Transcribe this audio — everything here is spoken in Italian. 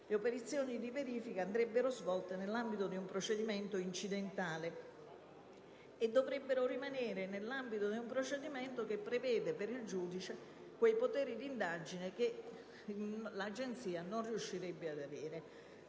Le operazioni di verifica andrebbero svolte nell'ambito di un procedimento incidentale e dovrebbero rimanere nell'ambito di un procedimento che prevede, per il giudice, quei poteri di indagine che l'Agenzia non riuscirebbe ad avere.